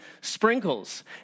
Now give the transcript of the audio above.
sprinkles